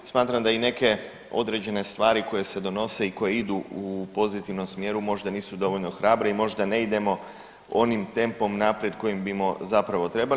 Smatram da i neke određene stvari koje se donose i koje idu u pozitivnom smjeru možda nisu dovoljno hrabre i možda ne idemo onim tempom naprijed kojim bismo zapravo trebali.